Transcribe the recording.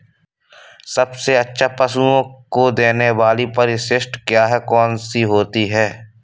सबसे अच्छा पशुओं को देने वाली परिशिष्ट क्या है? कौन सी होती है?